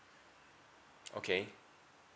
okay